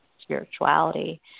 spirituality